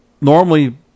normally